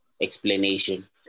explanation